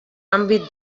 àmbit